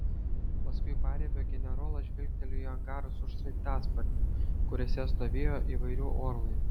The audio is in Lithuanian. paskui paribio generolas žvilgtelėjo į angarus už sraigtasparnių kuriuose stovėjo įvairių orlaivių